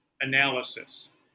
analysis